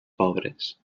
pobres